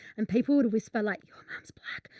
and people would whisper like your mum's black,